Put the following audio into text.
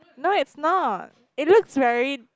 no it's not it looks very